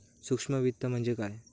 सूक्ष्म वित्त म्हणजे काय?